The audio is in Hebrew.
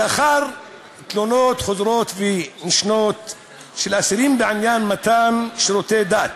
לאחר תלונות חוזרות ונשנות של אסירים בעניין מתן שירותי דת